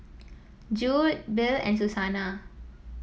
Jude Bill and Susana